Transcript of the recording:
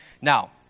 Now